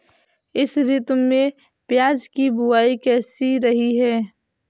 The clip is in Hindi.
इस ऋतु में प्याज की बुआई कैसी रही है?